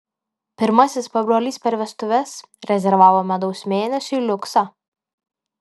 pirmasis pabrolys per vestuves rezervavo medaus mėnesiui liuksą